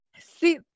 See